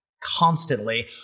constantly